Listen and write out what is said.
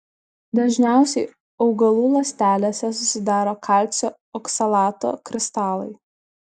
dažniausiai augalų ląstelėse susidaro kalcio oksalato kristalai